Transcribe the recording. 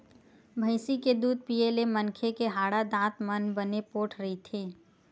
भइसी के दूद पीए ले मनखे के हाड़ा, दांत मन बने पोठ रहिथे